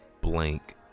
blank